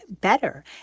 better